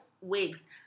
wigs